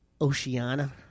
Oceania